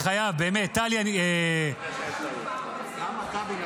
אני חייב להתייחס באמת למה שקרה פה לפני כמה דקות.